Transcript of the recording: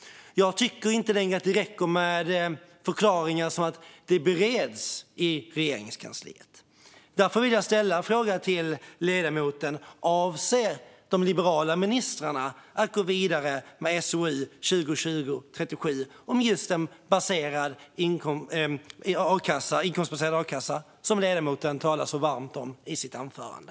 Jag tycker inte att det längre räcker med förklaringar som att det bereds i Regeringskansliet. Därför vill jag ställa en fråga till ledamoten. Avser de liberala ministrarna att gå vidare med SOU 2020:37 om en inkomstbaserad a-kassa, som ledamoten talar så varmt om i sitt anförande?